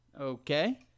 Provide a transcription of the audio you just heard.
Okay